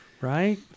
Right